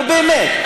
נו, באמת.